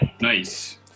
Nice